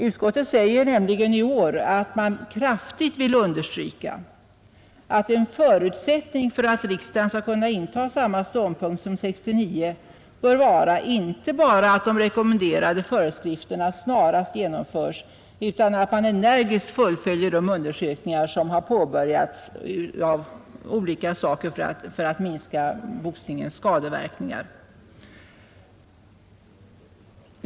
Utskottet säger nämligen i år att man kraftigt vill understryka att en förutsättning för att riksdagen skall kunna inta samma ståndpunkt som 1969 bör vara inte bara att de rekommenderade föreskrifterna snarast genomförs utan att man energiskt fullföljer de undersökningar som har påbörjats i olika hänseenden för att minska boxningens skadeverkningar.